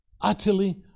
Utterly